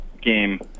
game